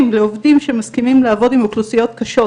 לעובדים שמסכימים לעבוד עם אוכלוסיות קשות,